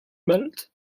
melt